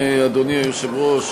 אדוני היושב-ראש,